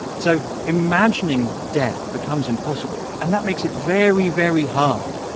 so imagining death becomes impossible. and that makes it very, very hard